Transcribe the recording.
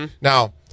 now